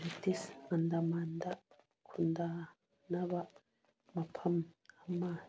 British ꯑꯟꯗꯃꯥꯟꯗ ꯈꯨꯟꯗꯥꯅꯕ ꯃꯐꯝ ꯑꯃ